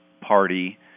party